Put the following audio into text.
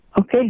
Okay